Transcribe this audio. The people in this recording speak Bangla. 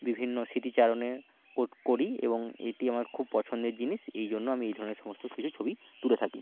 বিভিন্ন স্মৃতিচারণে করি এবং এটি আমার খুব পছন্দের জিনিস এই জন্য আমি এই ধরনের সমস্ত কিছু ছবি তুলে থাকি